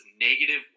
negative